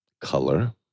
color